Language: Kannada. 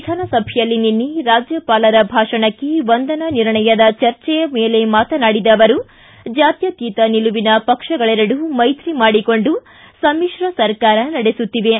ವಿಧಾನಸಭೆಯಲ್ಲಿ ನಿನ್ನೆ ರಾಜ್ಯಪಾಲರ ಭಾಷಣಕ್ಕೆ ವಂದನಾ ನಿರ್ಣಯದ ಚರ್ಚೆಯ ಮೇಲೆ ಮಾತನಾಡಿದ ಅವರು ಜಾತ್ಯಕೀತ ನಿಲುವಿನ ಪಕ್ಷಗಳೆರಡು ಮೈತ್ರಿ ಮಾಡಿಕೊಂಡು ಸಮ್ಮಿಶ್ರ ಸರ್ಕಾರ ನಡೆಸುತ್ತಿವೆ